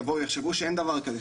יחשבו שאין דבר כזה,